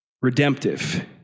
redemptive